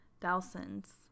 thousands